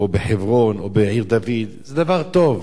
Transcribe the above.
או בחברון, או בעיר-דוד, זה דבר טוב.